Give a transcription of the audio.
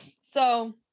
So-